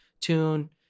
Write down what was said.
tune